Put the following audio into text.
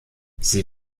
sie